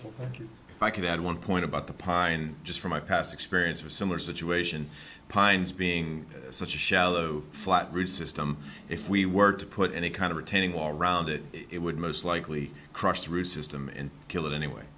so if i could add one point about the pine just from my past experience of similar situation pines being such a shallow flat root system if we were to put any kind of retaining wall around it it would most likely crush root system and kill it anyway